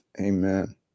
amen